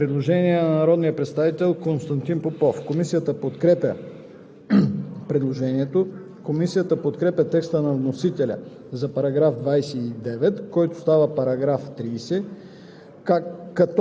става § 28. Комисията подкрепя текста на вносителя за § 28, който става § 29. По § 29 има предложение на народния представител Константин Попов. Комисията подкрепя